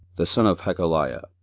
the son of hachaliah,